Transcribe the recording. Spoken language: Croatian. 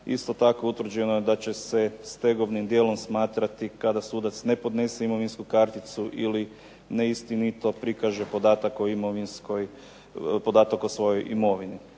Isto tako utvrđeno je da će se stegovnim dijelom smatrati kada sudac ne podnese imovinsku karticu ili neistinito prikaže podatak o svojoj imovini.